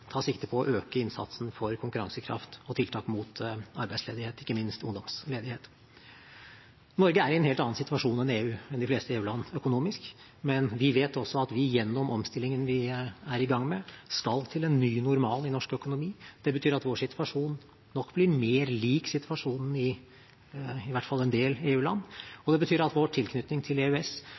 sikte på å øke innsatsen for konkurransekraft og tiltak mot arbeidsledighet, ikke minst ungdomsledighet. Norge er i en helt annen situasjon enn de fleste EU-land økonomisk, men vi vet også at vi gjennom omstillingen vi er i gang med, skal til en ny normal i norsk økonomi. Det betyr at vår situasjon nok blir mer lik situasjonen i i hvert fall en del EU-land, og det betyr at vår tilknytning til EØS